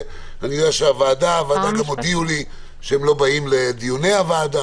הוועדה גם הודיעה לי שהם לא באים לדיוני הוועדה,